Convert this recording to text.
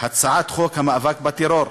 הצעת חוק המאבק בטרור,